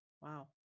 Wow